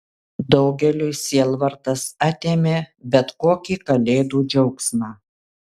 daugeliui sielvartas atėmė bet kokį kalėdų džiaugsmą